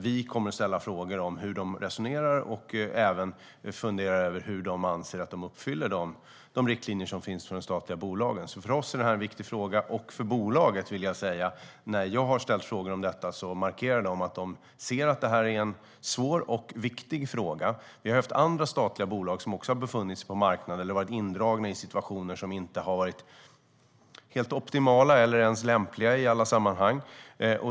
Vi kommer att ställa frågor om hur de resonerar och även hur de anser att de uppfyller de riktlinjer som finns för de statliga bolagen. Detta är en viktig fråga för oss, och för bolaget, vill jag säga. När jag har ställt frågor om detta markerar de att de ser att detta är en svår och viktig fråga. Vi har haft andra statliga bolag som också har befunnit sig på marknader eller varit indragna i situationer som inte har varit helt optimala eller ens lämpliga i alla sammanhang.